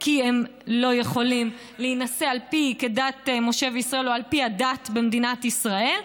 כי הם לא יכולים להינשא כדת משה וישראל או על פי הדת במדינת ישראל,